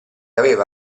aveva